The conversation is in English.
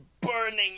burning